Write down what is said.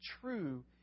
true